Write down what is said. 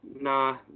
nah